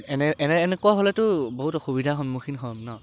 এনে এনেকুৱা হ'লেতো বহুত অসুবিধা সন্মুখীন হম ন